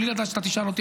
בלי לדעת שאתה תשאל אותי,